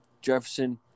Jefferson